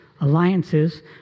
alliances